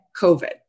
COVID